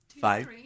Five